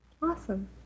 awesome